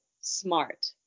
smart